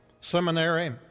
seminary